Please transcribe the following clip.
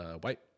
White